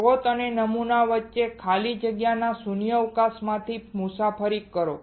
સ્ત્રોત અને નમૂના વચ્ચે ખાલી જગ્યાના શૂન્યાવકાશમાંથી મુસાફરી કરો